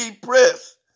depressed